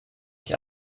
ich